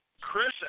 Chris